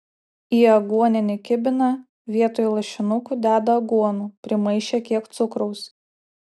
į aguoninį kibiną vietoj lašinukų deda aguonų primaišę kiek cukraus